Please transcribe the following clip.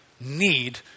need